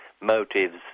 motives